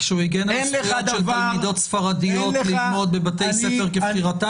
כשהוא הגן על הזכויות של תלמידות ספרדיות ללמוד בבתי ספר כבחירתן?